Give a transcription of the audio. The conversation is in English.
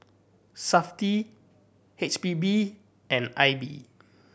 Safti H P B and I B